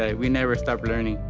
ah we never stop learning.